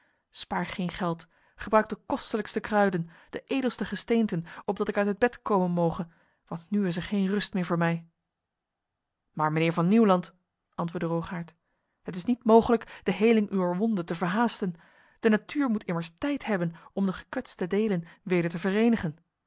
spaar geen geld gebruik de kostelijkste kruiden de edelste gesteenten opdat ik uit het bed komen moge want nu is er geen rust meer voor mij maar mijnheer van nieuwland antwoordde rogaert het is niet mogelijk de heling uwer wonde te verhaasten de natuur moet immers tijd hebben om de gekwetste delen weder te verenigen